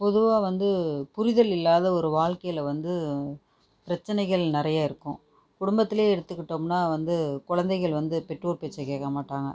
பொதுவா வந்து புரிதல் இல்லாத ஒரு வாழ்க்கையில் வந்து பிரச்சினைகள் நிறைய இருக்கும் குடும்பத்திலே எடுத்துக்கிட்டோம்னா வந்து குழந்தைகள் வந்து பெற்றோர் பேச்ச கேட்க மாட்டாங்கள்